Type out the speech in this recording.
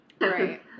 Right